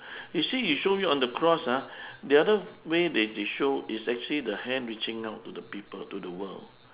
you see you show me on the cross ah the other way they they show is actually the hand reaching out to the people to the world